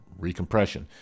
recompression